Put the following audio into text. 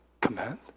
command